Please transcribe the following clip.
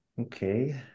Okay